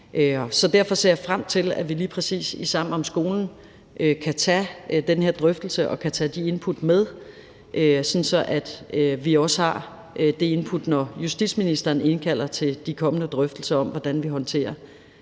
Så derfor ser jeg frem til, at vi lige præcis i Sammen om skolen kan tage den her drøftelse og kan tage de input med, sådan at vi også har de input, når justitsministeren indkalder til de kommende drøftelser om, hvordan vi håndterer